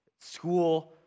school